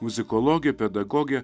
muzikologė pedagogė